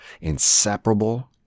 inseparable